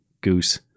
goose